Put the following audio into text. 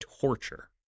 torture